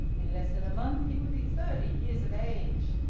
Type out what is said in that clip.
in less than a month he would be thirty years of age.